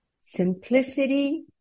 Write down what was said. Simplicity